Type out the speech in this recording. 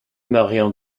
marion